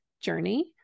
journey